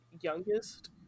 youngest